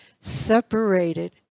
separated